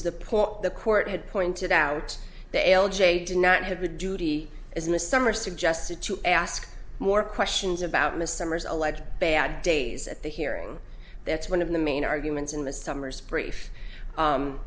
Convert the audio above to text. point the court had pointed out to l j did not have a duty as in the summer suggested to ask more questions about miss summers alleged bad days at the hearing that's one of the main arguments in the summers brief